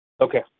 Okay